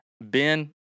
Ben